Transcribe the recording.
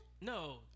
No